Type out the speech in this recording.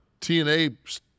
TNA